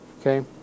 Okay